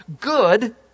good